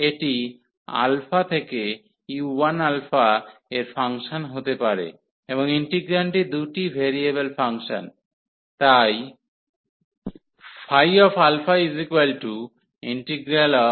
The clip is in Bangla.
এটি আলফা থেকে u1 এর ফাংশন হতে পারে এবং ইন্টিগ্রান্ডটি দুটি ভেরিয়েবলের ফাংশন তাই u1u2fxαdx